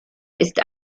ist